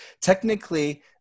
Technically